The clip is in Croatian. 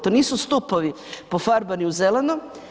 To nisu stupovi pofarbani u zeleno.